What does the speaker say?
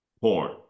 Porn